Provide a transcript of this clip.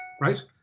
right